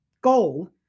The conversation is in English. goal